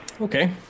Okay